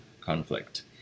conflict